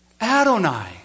Adonai